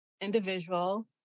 individual